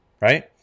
right